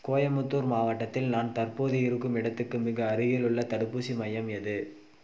கோயம்முத்தூர் மாவட்டத்தில் நான் தற்போது இருக்கும் இடத்துக்கு மிக அருகிலுள்ள தடுப்பூசி மையம் எது